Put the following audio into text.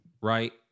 right